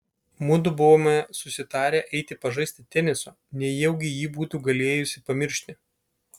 mudu buvome susitarę eiti pažaisti teniso nejaugi ji būtų galėjusi pamiršti